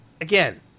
Again